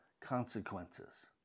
consequences